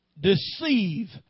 deceive